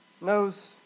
knows